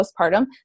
postpartum